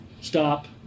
Stop